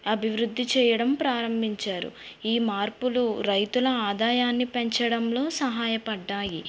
అభివృద్ధి చేయడం ప్రారంభించారు ఈ మార్పులు రైతుల ఆదాయాన్ని పెంచడంలో సహాయపడ్డాయి